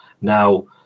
now